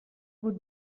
would